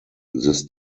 this